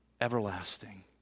everlasting